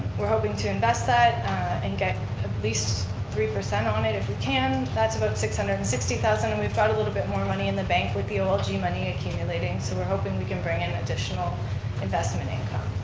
we're hoping to invest that and get at least three percent on it if we can, that's about six hundred and sixty thousand and we've got a little bit more money in the bank with the olg money accumulating so we're hoping we can bring in additional investment income.